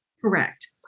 Correct